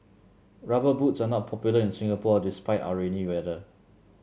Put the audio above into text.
rubber boots are not popular in Singapore despite our rainy weather